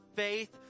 faith